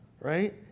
right